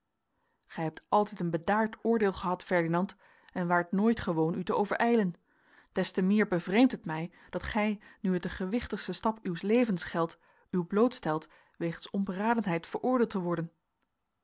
gij hebt altijd een bedaard oordeel gehad ferdinand en waart nooit gewoon u te overijlen des te meer bevreemdt het mij dat gij nu het den gewichtigsten stap uws levens geldt u blootstelt wegens onberadenheid veroordeeld te worden